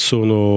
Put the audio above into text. Sono